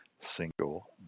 single